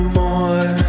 more